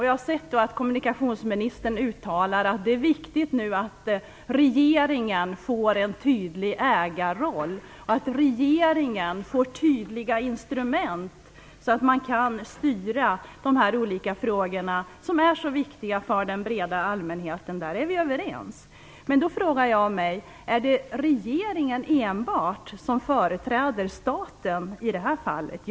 Jag har hört kommunikationsministern uttala att det nu är viktigt att regeringen får en tydlig ägarroll, att regeringen får tydliga instrument så att man kan styra dessa olika frågor, som är viktiga för den breda allmänheten. Vi är överens om det. Jag undrar om det enbart är regeringen som företräder staten i det här fallet.